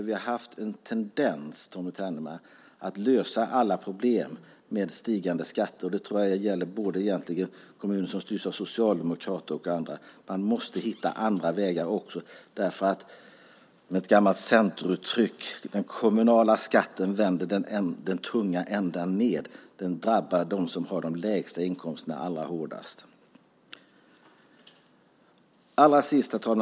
Vi har haft en tendens, Tommy Ternemar, att lösa alla problem med stigande skatter. Det gäller både kommuner som styrs av socialdemokrater och andra. Vi måste hitta andra vägar också. Låt mig använda ett gammalt centeruttryck: Den kommunala skatten vänder den tunga ändan ned. Den drabbar dem med de lägsta inkomsterna allra hårdast. Herr talman!